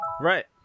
Right